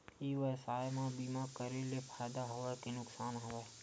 ई व्यवसाय म बीमा करे ले फ़ायदा हवय के नुकसान हवय?